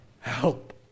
help